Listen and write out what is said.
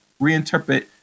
reinterpret